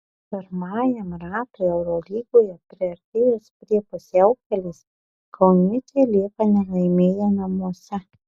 pirmajam ratui eurolygoje priartėjus prie pusiaukelės kauniečiai lieka nelaimėję namuose